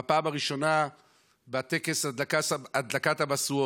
בפעם הראשונה בטקס הדלקת המשואות,